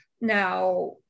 Now